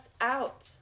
out